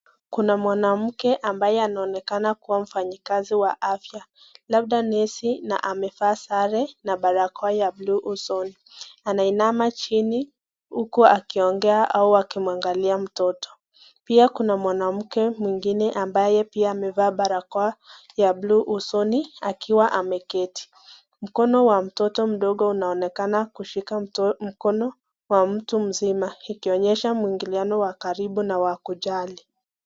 Kuna mwanamke ambaye anaonekana kuwa mfanyakazi wa afya, labda nesi na amevaa sare na barakoa ya blue usoni. Anainama chini huku akiongea au akimwangalia mtoto. Pia kuna mwanamke mwingine ambaye pia amevaa barakoa ya blue usoni akiwa ameketi. Mkono wa mtoto mdogo unaonekana kushika mkono wa mtu mzima, ikionyesha mwingiliano wa karibu na wa kujali.